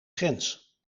grens